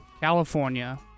California